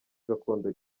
gakondo